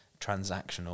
transactional